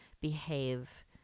behave